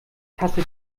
tasse